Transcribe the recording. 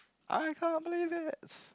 I can't believe it